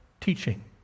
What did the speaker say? teaching